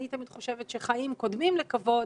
אני תמיד חושבת שחיים קודמים לכבוד,